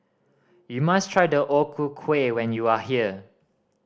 you must try the O Ku Kueh when you are here